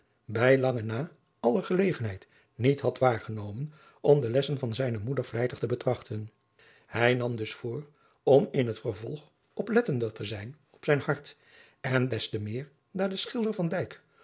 bij lang na alle gelegenheden niet had waargenomen om de lessen van zijne moeder vlijtig te betrachten hij nam dus voor om in het vervolg oplettender te zijn op zijn hart en des te meer daar de schilder